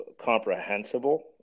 comprehensible